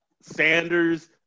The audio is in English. Sanders